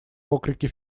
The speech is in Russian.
окрики